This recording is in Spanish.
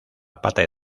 pata